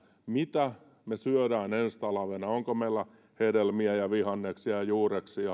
mitä me syömme ensi talvena onko meillä hedelmiä ja vihanneksia ja juureksia